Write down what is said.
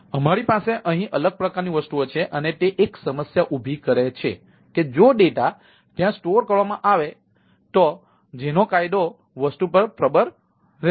અમારી પાસે અહીં એક અલગ પ્રકારની વસ્તુઓ છે અને તે એક સમસ્યા ઉભી કરે છે કે જો ડેટા ત્યાં સ્ટોર કરવામાં આવે તો જેનો કાયદો વસ્તુ પર પ્રબળ રહેશે